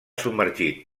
submergit